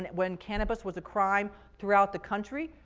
and when cannabis was a crime throughout the country?